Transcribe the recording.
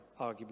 arguably